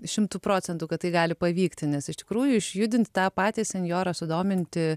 šimtu procentų kad tai gali pavykti nes iš tikrųjų išjudint tą patį senjorą sudominti